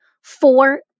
Four